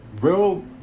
real